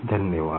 धन्यवाद